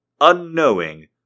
unknowing